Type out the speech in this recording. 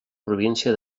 província